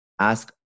ask